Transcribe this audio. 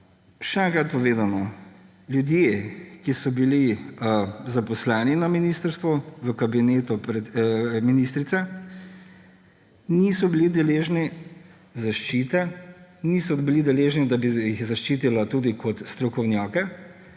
še enkrat povedano, ljudje, ki so bili zaposleni na ministrstvu, v Kabinetu ministrice, niso bili deležni zaščite, niso bili deležni, da bi jih zaščitila tudi kot strokovnjake,